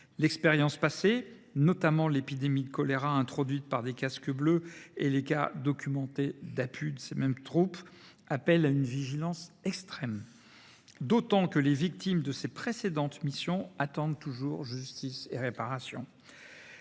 L’expérience passée, notamment l’épidémie de choléra introduite par des Casques bleus et les cas documentés d’abus commis par ces mêmes troupes, appelle à une vigilance extrême, d’autant que les victimes de ces précédentes missions attendent toujours justice et réparation.